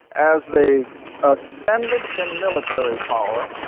as they ascended in military power,